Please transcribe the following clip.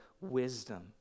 wisdom